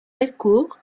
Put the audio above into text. delcourt